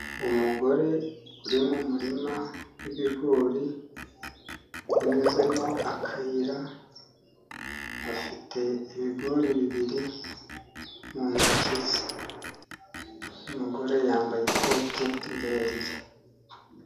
Umugore uri mu murima w'ibigori, unyuzemo akayira, afite ibigori bibiri mu ntoki ze, umugore yambaye ikoti rirerire.